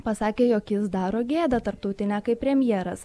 pasakė jog jis daro gėdą tarptautinę kaip premjeras